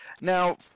Now